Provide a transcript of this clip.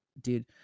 dude